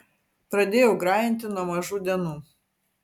pradėjau grajinti nuo mažų dienų